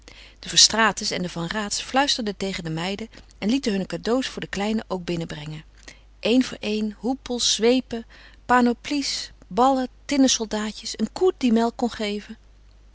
de verstraetens en de van raats fluisterden tegen de meiden en lieten hunne cadeaux voor de kleinen ook binnenbrengen één voor één hoepels zweepen panoplies ballen tinnen soldaatjes een koe die melk kon geven